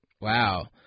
Wow